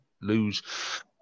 lose